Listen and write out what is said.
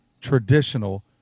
traditional